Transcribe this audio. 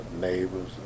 neighbors